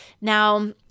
Now